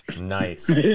Nice